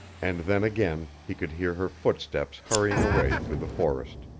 and then again he could hear her footsteps hurrying away through the forest.